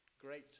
great